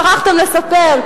שכחתם לספר,